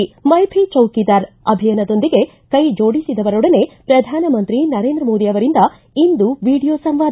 ಿ ಮೈ ಭೀ ಚೌಕೀದಾರ್ ಅಭಿಯಾನದೊಂದಿಗೆ ಕೈ ಜೋಡಿಸಿದವರೊಡನೆ ಪ್ರಧಾನಮಂತ್ರಿ ನರೇಂದ್ರ ಮೋದಿ ಅವರಿಂದ ಇಂದು ವೀಡಿಯೋ ಸಂವಾದ